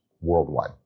worldwide